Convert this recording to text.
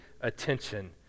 attention